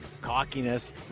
cockiness